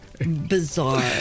bizarre